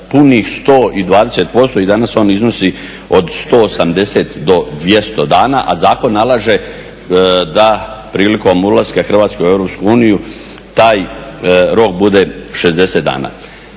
punih 120% i danas on iznosi od 180 do 200 dana, a zakon nalaže da prilikom ulaska Hrvatske u EU taj rok bude 60 dana.